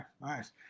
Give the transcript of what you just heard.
nice